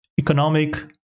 economic